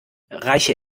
reiche